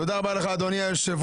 תודה רבה לך, אדוני היושב-ראש.